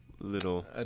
Little